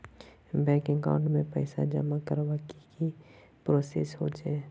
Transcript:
Bank account में पैसा जमा करवार की की प्रोसेस होचे?